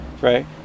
right